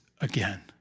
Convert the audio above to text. again